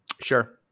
Sure